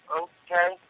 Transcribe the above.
okay